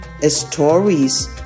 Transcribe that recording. stories